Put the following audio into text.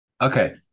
Okay